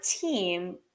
team